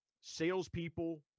salespeople